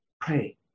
Pray